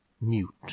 mute